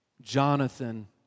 Jonathan